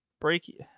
break